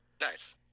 Nice